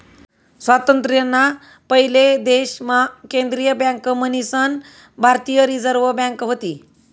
स्वातंत्र्य ना पयले देश मा केंद्रीय बँक मन्हीसन भारतीय रिझर्व बँक व्हती